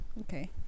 Okay